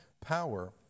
power